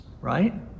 right